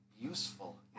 useful